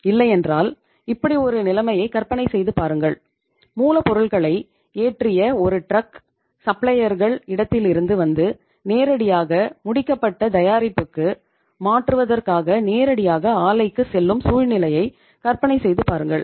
இல்லை என்றால் இப்படி ஒரு நிலைமையை கற்பனை செய்து பாருங்கள் மூலப்பொருட்களை ஏற்றிய ஒரு டிரக் இடத்திலிருந்து வந்து நேரடியாக முடிக்கப்பட்ட தயாரிப்புக்கு மாற்றுவதற்காக நேரடியாக ஆலைக்குச் செல்லும் சூழ்நிலையை கற்பனை செய்து பாருங்கள்